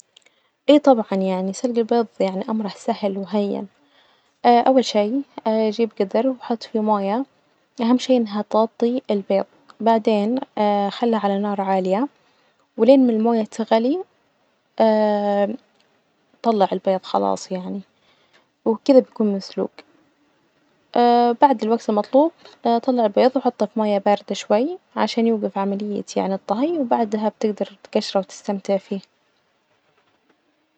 إيه طبعا يعني سلج بيظ يعني أمره سهل وهين أول شي أجيب جدر وأحط فيه موية، أهم شي إنها تغطي البيض، بعدين خله على نار عالية، ولين ما الموية تغلي طلع البيض خلاص يعني، وبكده بيكون مسلوج بعد الوجت المطلوب طلع البيض وحطه في موية باردة شوي عشان يوجف عملية يعني الطهي، وبعدها بتجدر تجشره وتستمتع فيه.